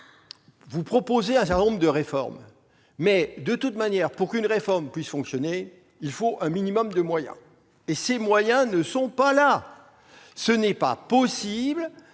Vous proposez un certain nombre de réformes, mais pour qu'une réforme puisse fonctionner, il faut un minimum de moyens ; or ces moyens ne sont pas présents. Il n'est pas possible